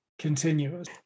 continuous